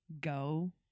go